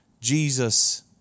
Jesus